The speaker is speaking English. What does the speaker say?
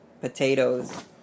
potatoes